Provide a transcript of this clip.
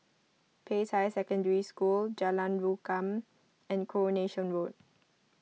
Peicai Secondary School Jalan Rukam and Coronation Road